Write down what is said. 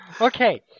Okay